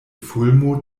fulmo